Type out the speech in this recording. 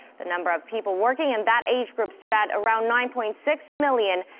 the number of people working in that age group stood at around nine-point-six million.